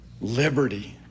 liberty